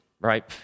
right